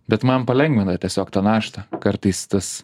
bet man palengvina tiesiog tą naštą kartais tas